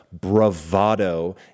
bravado